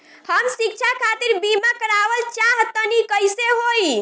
हम शिक्षा खातिर बीमा करावल चाहऽ तनि कइसे होई?